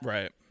Right